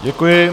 Děkuji.